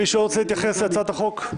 מישהו עוד רוצה להתייחס להצעת החוק?